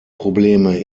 probleme